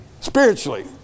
spiritually